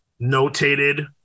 notated